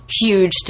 huge